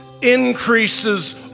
increases